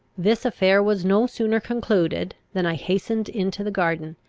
this affair was no sooner concluded, than i hastened into the garden,